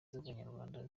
z’abanyarwanda